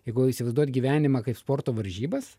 jeigu įsivaizduot gyvenimą kaip sporto varžybas